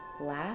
laugh